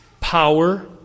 power